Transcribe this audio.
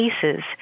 cases